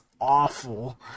awful